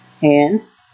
hands